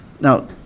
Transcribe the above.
Now